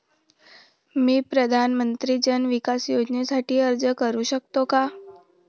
मी प्रधानमंत्री जन विकास योजनेसाठी अर्ज करू शकतो का?